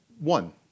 one